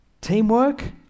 Teamwork